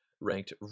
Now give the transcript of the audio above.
ranked